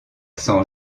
sent